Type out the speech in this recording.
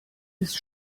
ist